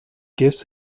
gives